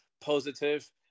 positive